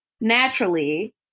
naturally